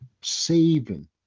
saving